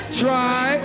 try